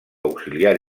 auxiliar